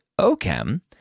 OCHEM